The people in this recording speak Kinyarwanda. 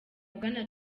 bwana